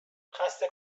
خسته